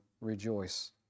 rejoice